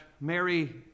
Mary